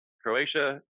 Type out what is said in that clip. Croatia